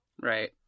right